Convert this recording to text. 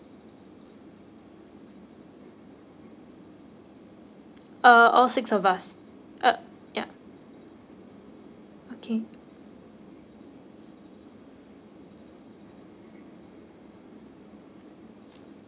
uh all six of us uh ya